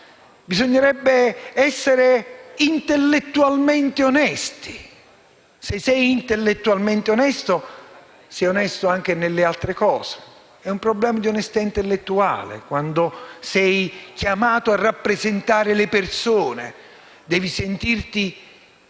bisognerebbe essere intellettualmente onesti. Se sei intellettualmente onesto, sei onesto anche nelle altre cose. È un problema di onestà intellettuale. Quando sei chiamato a rappresentare le persone devi sentire